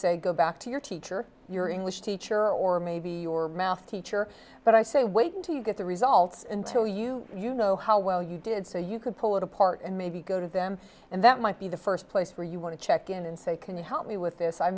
say go back to your teacher your english teacher or maybe your math teacher but i say wait until you get the results and tell you you know how well you did so you could pull it apart and maybe go to them and that might be the first place where you want to check in and say can you help me with this i